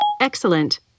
Excellent